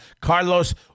Carlos